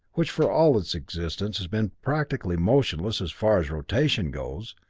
which, for all its existence has been practically motionless as far as rotation goes,